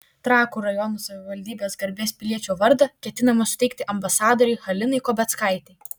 trakų rajono savivaldybės garbės piliečio vardą ketinama suteikti ambasadorei halinai kobeckaitei